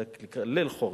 זה היה ליל חורף,